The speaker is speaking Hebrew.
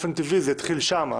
באופן טבעי זה התחיל שם.